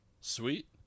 Sweet